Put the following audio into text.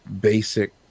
basic